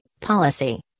policy